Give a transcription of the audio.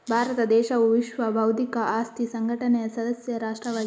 ಭಾರತ ದೇಶವು ವಿಶ್ವ ಬೌದ್ಧಿಕ ಆಸ್ತಿ ಸಂಘಟನೆಯ ಸದಸ್ಯ ರಾಷ್ಟ್ರವಾಗಿದೆ